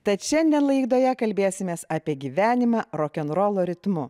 tad šiandien laidoje kalbėsimės apie gyvenimą rokenrolo ritmu